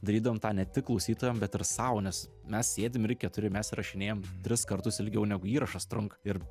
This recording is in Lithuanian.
darydavom tą ne tik klausytojam bet ir sau nes mes sėdim ir keturi mes įrašinėjam tris kartus ilgiau negu įrašas trunka ir